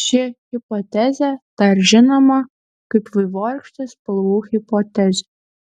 ši hipotezė dar žinoma kaip vaivorykštės spalvų hipotezė